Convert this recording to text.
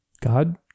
God